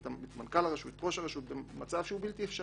את מנכ"ל הרשות במצב בלתי אפשרי.